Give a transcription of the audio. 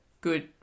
good